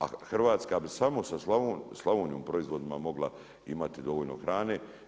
A Hrvatska bi samo sa Slavonijom proizvodima mogla imati dovoljno hrane.